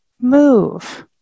move